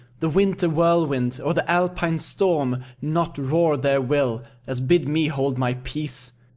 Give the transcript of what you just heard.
the winter whirlwind, or the alpine storm, not roar their will, as bid me hold my peace!